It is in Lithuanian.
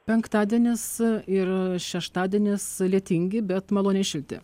penktadienis ir šeštadienis lietingi bet maloniai šilti